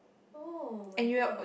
oh-my-god